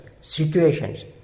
situations